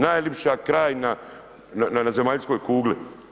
Najljepša krajina na zemaljskog kugli.